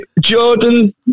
Jordan